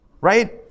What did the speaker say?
Right